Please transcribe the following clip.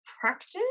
practice